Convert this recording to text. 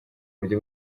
buryo